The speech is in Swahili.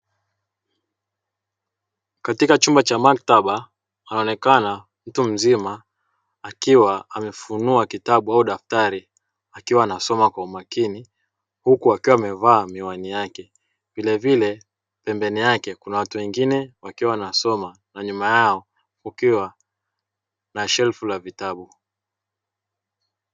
Katika chumba cha maktaba, anaonekana mtu mzima akiwa amefunua kitabu ama daftari akiwa anasoma kwa umakini huku akiwa amevaa miwani yake, vilevile pembeni yake kuna watu wengine wakiwa wanasoma na nyuma yao kukiwa na shelfu la vitabu.